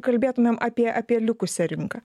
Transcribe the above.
kalbėtumėm apie apie likusią rinką